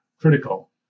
critical